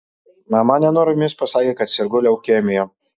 mama nenoromis pasakė kad sergu leukemija